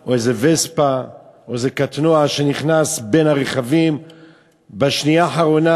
או איזו וספה או איזה קטנוע שנכנס בין הרכבים בשנייה האחרונה,